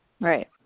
Right